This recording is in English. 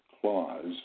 clause